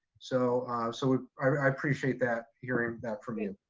so so i appreciate that, hearing that from you.